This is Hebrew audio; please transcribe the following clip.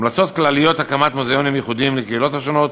המלצות כלליות: הקמת מוזיאונים ייחודיים לקהילות השונות,